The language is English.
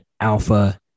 Alpha